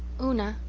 una,